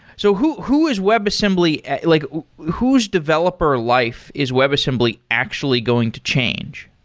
so who who is web assembly like whose developer life is web assembly actually going to change?